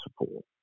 support